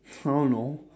I don't know